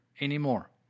anymore